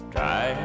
Try